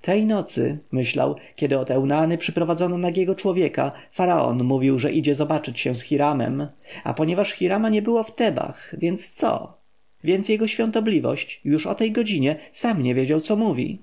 tej nocy myślał kiedy do eunany przyprowadzono nagiego człowieka faraon mówił że idzie zobaczyć się z hiramem a ponieważ hirama nie było w tebach więc co więc jego świątobliwość już o tej godzinie sam nie wiedział co mówi